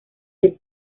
del